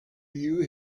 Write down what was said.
you